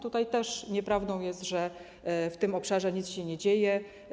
Tutaj nieprawdą jest to, że w tym obszarze nic się nie dzieje.